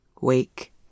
Wake